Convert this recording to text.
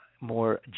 more